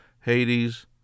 Hades